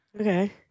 Okay